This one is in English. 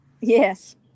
Yes